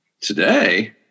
Today